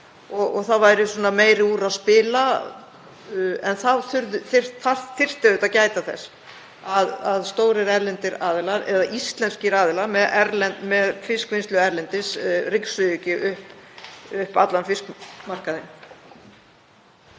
og það væri meiru úr að spila, en það þyrfti auðvitað að gæta þess að stórir erlendir aðilar eða íslenskir aðilar með fiskvinnslu erlendis ryksugi ekki upp allan fiskmarkaðinn.